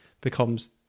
becomes